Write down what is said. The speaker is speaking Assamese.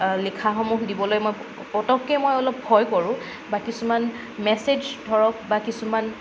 লেখাসমূহ দিবলৈ মই পতককৈ মই অলপ ভয় কৰোঁ বা কিছুমান মেচেজ ধৰক বা কিছুমান